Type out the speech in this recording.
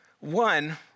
One